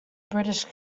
british